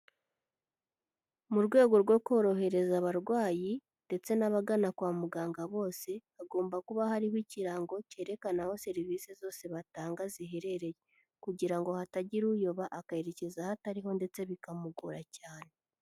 Mu rwego rwo korohereza abarwayi, ndetse n'abagana kwa muganga bose hagomba kuba hariho ikirango cyerekana aho serivisi zose batanga ziherereye, kugira ngo hatagira uyoba akerekeza ahatariho ndetse bikamugora cyane.